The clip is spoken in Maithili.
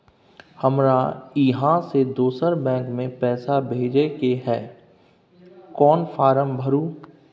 हमरा इहाँ से दोसर बैंक में पैसा भेजय के है, कोन फारम भरू?